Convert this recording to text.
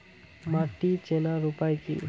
মাটি চেনার উপায় কি?